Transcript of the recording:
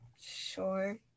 Sure